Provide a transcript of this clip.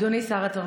אדוני שר התרבות,